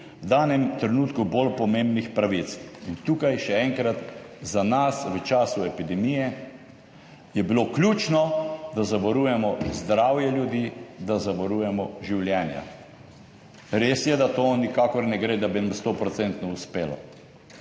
v danem trenutku bolj pomembnih pravic. Tukaj, še enkrat, je bilo za nas v času epidemije ključno, da zavarujemo zdravje ljudi, da zavarujemo življenja. Res je, da nikakor ne gre, da bi nam to